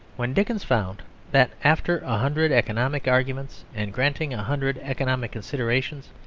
when dickens found that after a hundred economic arguments and granting a hundred economic considerations,